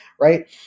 right